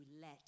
let